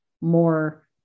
more